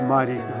Mighty